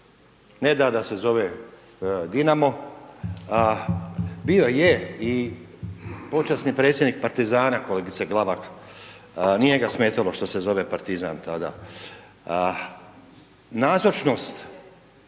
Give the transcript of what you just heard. da da se zove Dinamo, a bio je počasni predsjednik Partizana, kolega Glavak, nije ga smetalo što se zove Partizan tada. Nazočnost